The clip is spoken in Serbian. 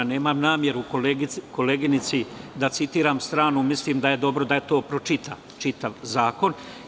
Nemam nameru da koleginici citiram stranu, mislim da je dobro da pročita čitav zakon.